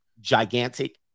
gigantic